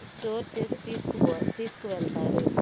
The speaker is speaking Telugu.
స్టోర్ చేసి తీసుకుపో తీసుకువెళ్తారు